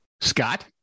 Scott